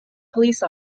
police